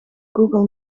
google